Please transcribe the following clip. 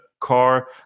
car